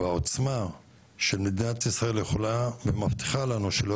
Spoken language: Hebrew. והעוצמה של מדינת ישראל מבטיחה לנו שלא